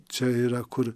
čia yra kur